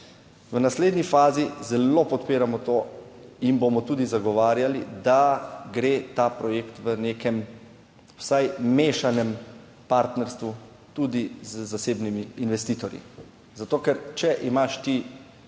v naslednji fazi zelo podpiramo to in bomo tudi zagovarjali, da gre ta projekt v nekem vsaj mešanem partnerstvu tudi z zasebnimi investitorji, zato ker če imaš ti